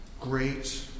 great